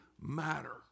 matter